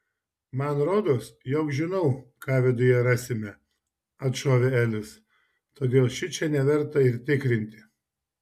man rodos jog žinau ką viduj rasime atšovė elis todėl šičia neverta ir tikrinti